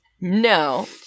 No